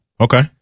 Okay